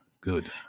good